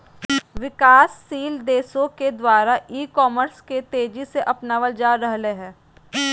विकासशील देशों के द्वारा ई कॉमर्स के तेज़ी से अपनावल जा रहले हें